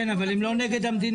כן, אבל הם לא נגד המדינה.